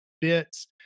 bits